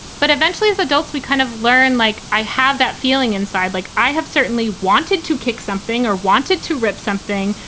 but eventually as adults, we kind of learn, like i have that feeling inside, like i have certainly wanted to kick something or wanted to rip something.